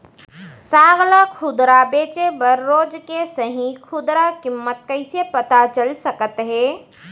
साग ला खुदरा बेचे बर रोज के सही खुदरा किम्मत कइसे पता चल सकत हे?